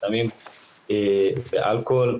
סמים ואלכוהול,